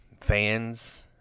fans